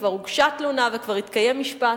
וכבר הוגשה תלונה וכבר התקיים משפט,